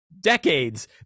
decades